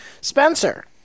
Spencer